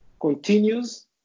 continues